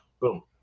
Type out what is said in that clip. Boom